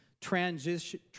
transition